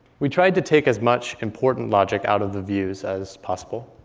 we tried to take as much important logic out of the views as possible.